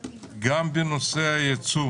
גם בנושא הייצור